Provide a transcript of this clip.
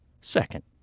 second